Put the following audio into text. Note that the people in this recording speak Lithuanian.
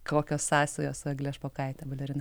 kokios sąsajos su egle špokaite balerina